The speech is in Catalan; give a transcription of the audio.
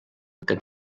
que